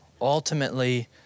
ultimately